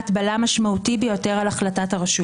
בלם משמעותי ביותר על החלטות הרשויות.